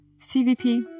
cvp